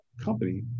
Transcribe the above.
company